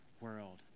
world